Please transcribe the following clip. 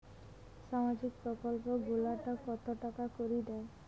সামাজিক প্রকল্প গুলাট কত টাকা করি দেয়?